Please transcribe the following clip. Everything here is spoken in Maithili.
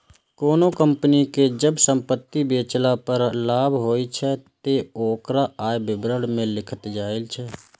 कोनों कंपनी कें जब संपत्ति बेचला पर लाभ होइ छै, ते ओकरा आय विवरण मे लिखल जाइ छै